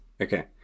Okay